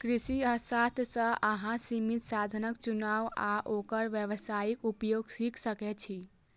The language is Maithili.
कृषि अर्थशास्त्र सं अहां सीमित साधनक चुनाव आ ओकर व्यावहारिक उपयोग सीख सकै छी